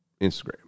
Instagram